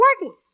working